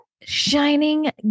shining